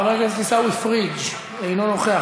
חבר הכנסת עיסאווי פריג' אינו נוכח,